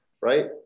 right